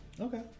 Okay